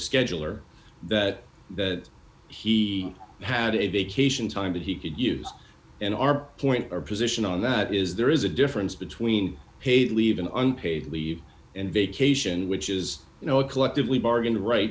scheduler that that he had a vacation time that he could use an r point or position on that is there is a difference between paid leave and unpaid leave and vacation which is you know a collectively bargain the right